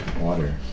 water